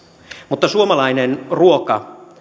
mutta suomalainen ruoka